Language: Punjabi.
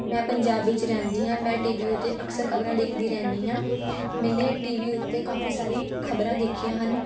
ਮੈਂ ਪੰਜਾਬ ਵਿੱਚ ਰਹਿੰਦੀ ਹਾਂ ਮੈਂ ਟੀ ਵੀ ਉੱਤੇ ਅਕਸਰ ਖਬਰਾਂ ਦੇਖਦੀ ਰਹਿੰਦੀ ਹਾਂ ਮੈਨੇ ਟੀ ਵੀ ਉੱਤੇ ਕਾਫੀ ਸਾਰੀ ਖਬਰਾਂ ਦੇਖੀਆਂ ਹਨ